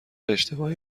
اشتباهی